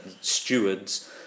stewards